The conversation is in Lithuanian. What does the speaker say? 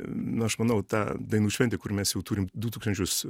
nu aš manau ta dainų šventė kur mes jau turime du tūkstančius